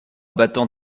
battant